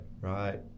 Right